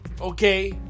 Okay